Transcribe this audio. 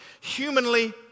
humanly